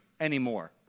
anymore